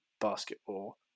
basketball